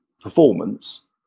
performance